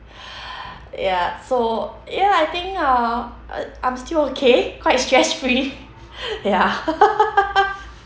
ya so ya I think uh I'm still okay quite stress-free ya